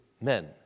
men